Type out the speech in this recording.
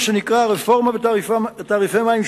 מה שנקרא רפורמה בתעריפי המים,